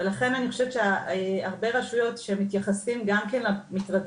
ולכן אני חושבת שהרבה רשויות שמתייחסים גם כן למשרדים,